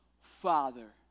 father